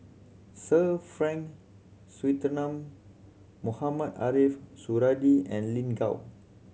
Sir Frank Swettenham Mohamed Ariff Suradi and Lin Gao